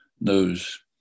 knows